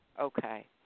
okay